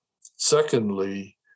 Secondly